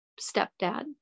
stepdad